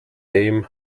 dem